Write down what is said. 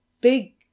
big